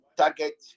target